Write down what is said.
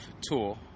Tour